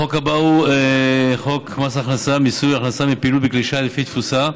החוק הבא הוא חוק מס הכנסה (מיסוי הכנסה מפעילות בכלי שיט לפי תפוסה),